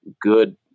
good